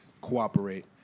cooperate